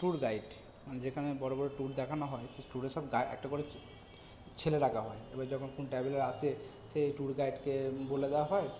tour guide মানে যেখান বড় বড় ট্যুর দেখানো হয় সেই ট্যুরে সব গা একটা করে ছেলে রাখা হয় এবার যখন কোনো ট্র্যাভেলার আসে সেই ট্যুর গাইডকে বলে দেওয়া হয়